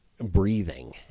breathing